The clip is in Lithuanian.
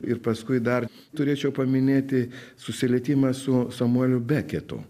ir paskui dar turėčiau paminėti susilietimą su samueliu beketu